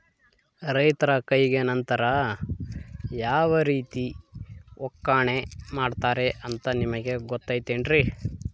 ರೈತರ ಕೈಗೆ ನಂತರ ಯಾವ ರೇತಿ ಒಕ್ಕಣೆ ಮಾಡ್ತಾರೆ ಅಂತ ನಿಮಗೆ ಗೊತ್ತೇನ್ರಿ?